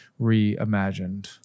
reimagined